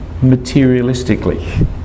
materialistically